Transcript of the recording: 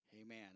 amen